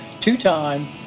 two-time